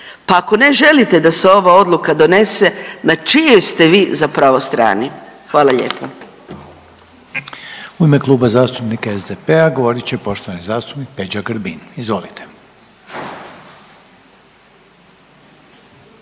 pa ako ne želite da se ova Odluka donese, na čijoj ste vi zapravo strani? Hvala lijepo.